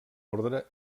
ordre